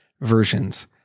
versions